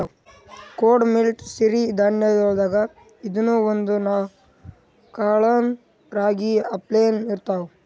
ಕೊಡೊ ಮಿಲ್ಲೆಟ್ ಸಿರಿ ಧಾನ್ಯಗೊಳ್ದಾಗ್ ಇದೂನು ಒಂದು, ಇವ್ ಕಾಳನೂ ರಾಗಿ ಅಪ್ಲೇನೇ ಇರ್ತಾವ